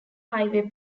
highway